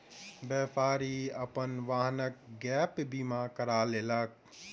व्यापारी अपन वाहनक गैप बीमा करा लेलक